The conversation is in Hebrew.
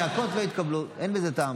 צעקות לא יתקבלו, אין בזה טעם.